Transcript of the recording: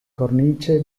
cornice